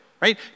Right